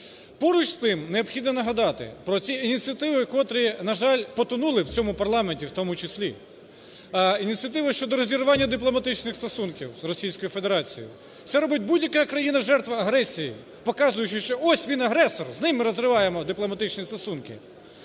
Поруч з тим необхідно нагадати про ці ініціативи, котрі, на жаль, потонули в цьому парламенті, в тому числі ініціативи щодо розірвання дипломатичних стосунків з Російською Федерацією. Це робить будь-яка країна жертва агресії, показуючи, що ось він – агресор, з ним розриваємо ми дипломатичні стосунки.